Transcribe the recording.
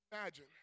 Imagine